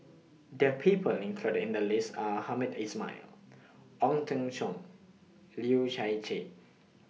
The People included in The list Are Hamed Ismail Ong Teng Cheong Leu Chye